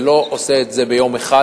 זה לא נעשה ביום אחד,